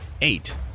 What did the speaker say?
Eight